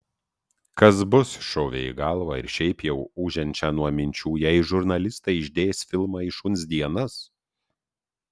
kas bus šovė į galvą ir šiaip jau ūžiančią nuo minčių jei žurnalistai išdės filmą į šuns dienas